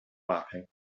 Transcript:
mapping